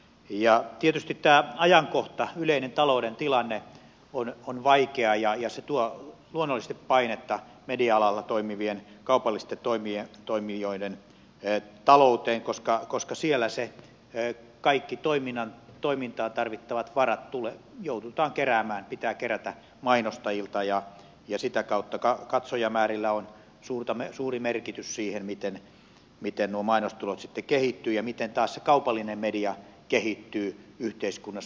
ja tietysti tämä ajankohta yleinen talouden tilanne on vaikea ja se tuo luonnollisesti painetta media alalla toimivien kaupallisten toimijoiden talouteen koska siellä ne kaikki toimintaan tarvittavat varat pitää kerätä mainostajilta ja sitä kautta katsojamäärillä on suuri merkitys siihen miten nuo mainostulot sitten kehittyvät ja miten taas se kaupallinen media kehittyy yhteiskunnassa